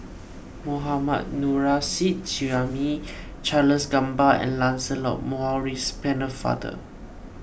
Mohammad Nurrasyid Juraimi Charles Gamba and Lancelot Maurice Pennefather